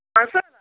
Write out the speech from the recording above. पंज सौ